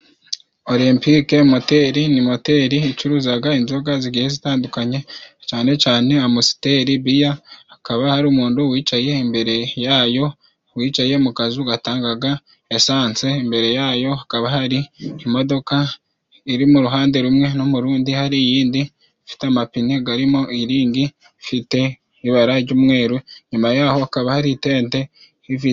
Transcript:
Orempike moteri, ni moteri icuruzaga inzoga zigenda zitandukanye cane cane Amusiteri, Biya, hakaba hari umundu wicaye imbere yayo, wicaye mu kazu ngo atangaga esanse. Imbere yayo hakaba hari imodoka iri mu ruhande rumwe, no mu rundi hari iyindi ifite amapine harimo iringi. Ifite ibara ry'umweru inyuma yaho hakaba hari tente ifite...